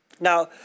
Now